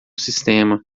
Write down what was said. sistema